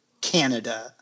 Canada